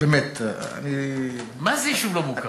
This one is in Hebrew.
אדוני סגן השר, באמת, אני, מה זה "יישוב לא מוכר"?